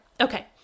Okay